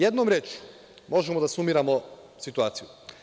Jednom rečju, možemo da sumiramo situaciju.